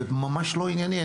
זה ממש לא ענייני.